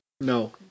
No